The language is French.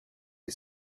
des